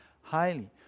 highly